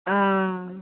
ಹಾಂ